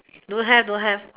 don't have don't have